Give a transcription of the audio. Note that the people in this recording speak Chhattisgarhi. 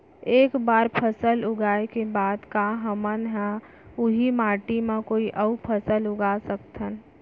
एक बार फसल उगाए के बाद का हमन ह, उही माटी मा कोई अऊ फसल उगा सकथन?